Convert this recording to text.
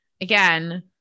again